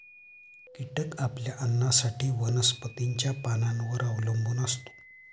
कीटक आपल्या अन्नासाठी वनस्पतींच्या पानांवर अवलंबून असतो